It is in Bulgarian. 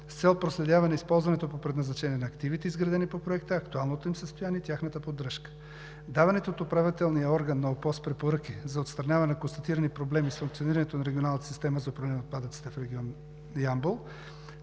с цел проследяване използването по предназначение на активите, изградени по Проекта, актуалното им състояние и тяхната поддръжка. Даваните от управляващия орган на ОПОС препоръки за отстраняване на констатирани проблеми с функционирането на Регионалната система за управление на отпадъците в регион Ямбол,